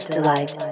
Delight